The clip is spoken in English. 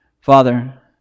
Father